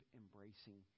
embracing